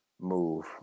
move